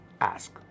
ask